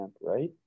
right